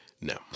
No